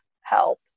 help